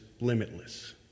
limitless